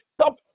stop